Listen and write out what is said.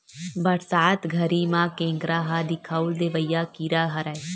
बरसात घरी म केंकरा ह दिखउल देवइया कीरा हरय